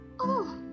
Oh